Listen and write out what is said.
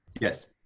Yes